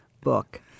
book